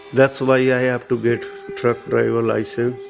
that's why yeah i have to get truck driver license.